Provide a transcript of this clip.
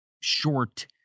short